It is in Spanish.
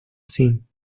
sin